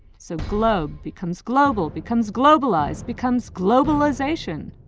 so globe becomes global, becomes globalize, becomes globalization.